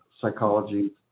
psychology